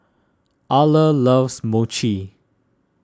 Arla loves Mochi